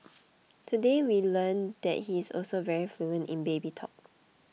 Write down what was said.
today we learned that he is also very fluent in baby talk